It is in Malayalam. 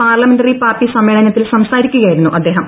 പാർലമെന്റി പാർട്ടി സമ്മേളനത്തിൽ സംസാരിക്കുകയായിരുന്നു അദ്ദേഹം